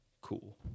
cool